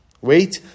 wait